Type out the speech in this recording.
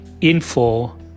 info